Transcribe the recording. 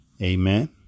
Amen